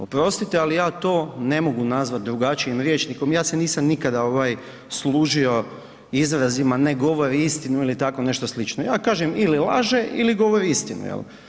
Oprostite, ali ja to ne mogu nazvat drugačijim rječnikom, ja se nisam nikada služio izrazima ne govori istinu ili tako slično, ja kažem ili laže ili govori istinu, jel.